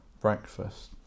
breakfast